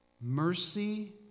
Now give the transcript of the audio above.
mercy